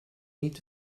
niet